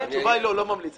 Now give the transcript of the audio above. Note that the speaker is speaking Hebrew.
התשובה היא לא, לא ממליץ.